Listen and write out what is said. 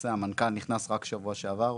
מנכ"ל משרד החקלאות נכנס רק בשבוע שעבר,